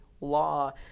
law